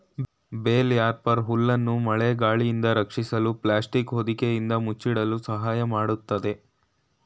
bale wrapper ಹುಲ್ಲನ್ನು ಮಳೆ ಗಾಳಿಯಿಂದ ರಕ್ಷಿಸಲು ಪ್ಲಾಸ್ಟಿಕ್ ಹೊದಿಕೆಯಿಂದ ಮುಚ್ಚಿಡಲು ಸಹಾಯ ಮಾಡತ್ತದೆ